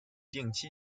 定期